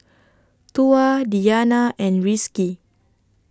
Tuah Diyana and Rizqi